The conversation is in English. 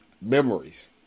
memories